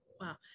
Wow